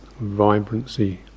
vibrancy